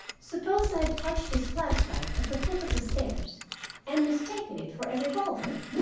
suppose i had touched this flashlight at the foot of the stairs and mistaken it for a revolver.